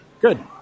Good